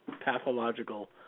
pathological